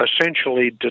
essentially